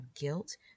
guilt